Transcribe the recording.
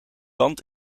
land